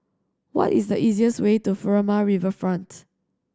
what is the easiest way to Furama Riverfront